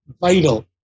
vital